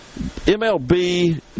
MLB